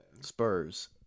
Spurs